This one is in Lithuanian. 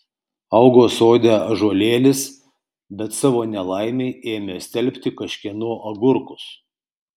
augo sode ąžuolėlis bet savo nelaimei ėmė stelbti kažkieno agurkus